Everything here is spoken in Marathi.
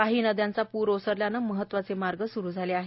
काही नद्यांचा पूर ओसरल्याने महत्वाचे मार्ग स्रु झाले आहेत